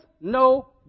no